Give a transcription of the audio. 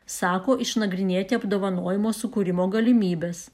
sako išnagrinėti apdovanojimo sukūrimo galimybes